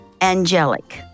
angelic